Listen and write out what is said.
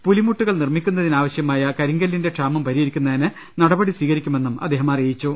പുലിമൂട്ടുകൾ നിർമ്മിക്കുന്നതിനാവശ്യമായ കരിങ്കല്ലിന്റെ ക്ഷാമം പരിഹരിക്കുന്നതിന് നടപടികൾ സ്വീകരിക്കുമെന്നും അദ്ദേഹം അറി യിച്ചു